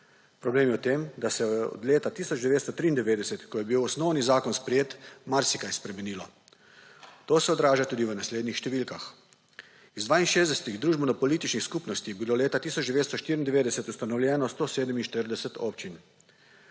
Problem je v tem, da se od leta 1993, ko je bil osnovni zakon sprejet marsikaj spremenilo. To se odraža tudi v naslednjih številkah. Iz 62 družbenopolitičnih skupnosti je bilo leta 1994 ustanovljeno 147 občin.